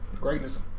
Greatness